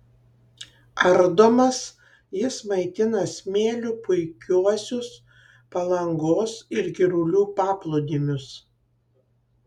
ardomas jis maitina smėliu puikiuosius palangos ir girulių paplūdimius